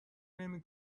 نمی